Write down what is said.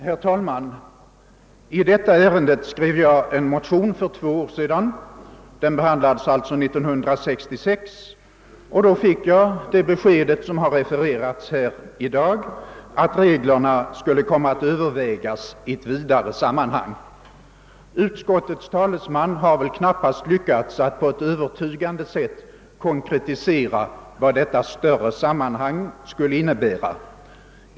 Herr talman! I detta ärende skrev jag för två år sedan en motion. Den behandlades alltså 1966, och då fick jag det besked som har refererats här i dag, att reglerna skulle komma att övervägas i ett större sammanhang. Utskottets talesman har väl knappast lyckats att på ett övertygande sätt konkretisera vad detta större sammanhang skulle innebära.